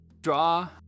draw